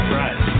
right